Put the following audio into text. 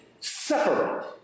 separate